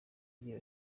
agira